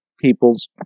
people's